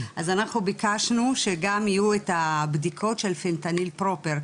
אז אנחנו ביקשנו שגם יהיו את הבדיקות של פנטניל פרופר,